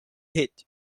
hit